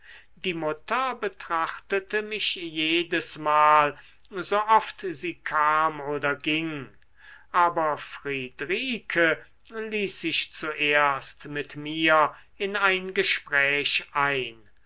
die mutter betrachtete mich jedesmal so oft sie kam oder ging aber friedrike ließ sich zuerst mit mir in ein gespräch ein